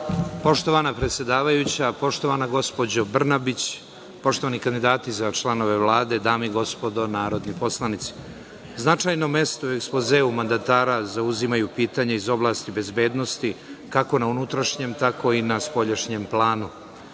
Hvala. Poštovana predsedavajuća, poštovana gospođo Brnabić, poštovani kandidati za članove Vlade, dame i gospodo narodni poslanici, značajno mesto u ekspozeu mandatara zauzimaju pitanja iz oblasti bezbednosti kako na unutrašnjem, tako i na spoljašnjem planu.